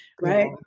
right